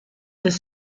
des